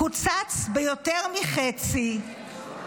קוצץ ביותר מחצי.